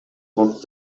коркуп